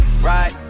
right